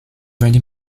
randy